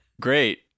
great